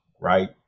right